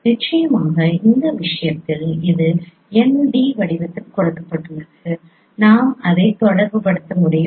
எனவே நிச்சயமாக இந்த விஷயத்தில் இது n d வடிவத்தில் கொடுக்கப்பட்டுள்ளது நாம் அதை தொடர்புபடுத்த முடியும்